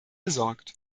besorgt